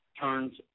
turns